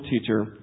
teacher